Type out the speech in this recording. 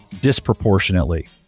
disproportionately